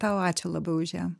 tau ačiū labai už ją